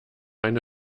eine